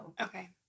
Okay